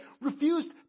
refused